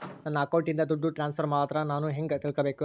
ನನ್ನ ಅಕೌಂಟಿಂದ ದುಡ್ಡು ಟ್ರಾನ್ಸ್ಫರ್ ಆದ್ರ ನಾನು ಹೆಂಗ ತಿಳಕಬೇಕು?